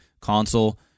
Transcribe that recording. console